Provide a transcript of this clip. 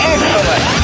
Excellent